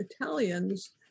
Italians